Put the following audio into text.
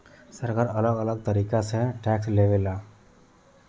सरकार अलग अलग तरीका से टैक्स लेवे ला